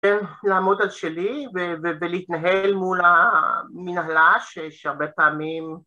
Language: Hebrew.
‫כן, לעמוד על שלי ולהתנהל ‫מול המנהלה, שיש הרבה פעמים...